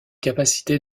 capacité